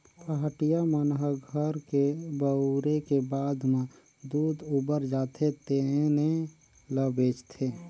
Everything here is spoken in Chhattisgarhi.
पहाटिया मन ह घर के बउरे के बाद म दूद उबर जाथे तेने ल बेंचथे